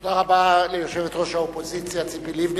תודה רבה ליושבת-ראש האופוזיציה ציפי לבני.